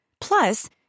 Plus